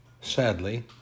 Sadly